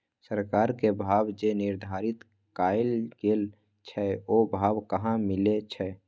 सरकार के भाव जे निर्धारित कायल गेल छै ओ भाव कहाँ मिले छै?